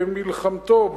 במלחמתו,